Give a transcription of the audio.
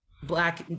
Black